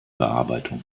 bearbeitung